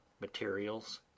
materials